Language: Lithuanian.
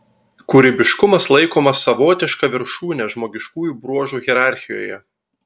kūrybiškumas laikomas savotiška viršūne žmogiškųjų bruožų hierarchijoje